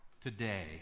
today